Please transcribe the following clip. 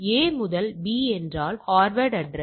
A முதல் B என்றால் hardware address